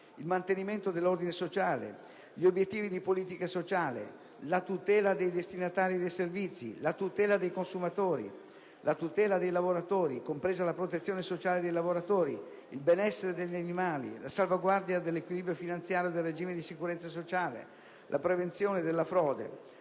il mantenimento dell'ordine sociale, gli obiettivi di politica sociale, la tutela dei destinatari di servizi, la tutela dei consumatori, la tutela dei lavoratori, compresa la protezione sociale dei lavoratori, il benessere degli animali, la salvaguardia dell'equilibrio finanziario del regime di sicurezza sociale, la prevenzione della frode,